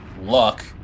luck